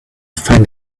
find